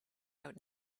out